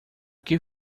que